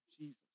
Jesus